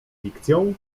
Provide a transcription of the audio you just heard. fikcją